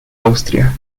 austria